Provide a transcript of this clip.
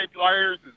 players